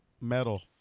Metal